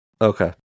Okay